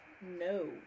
No